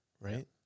right